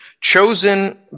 chosen